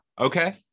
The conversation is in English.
Okay